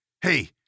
Hey